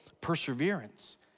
perseverance